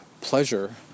pleasure